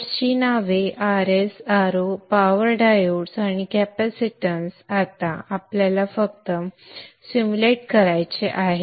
नोड्सची नावे Rs Ro power diodes आणि कॅपॅसिटन्स आता आपल्याला फक्त सिम्युलेट करायचे आहेत